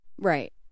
Right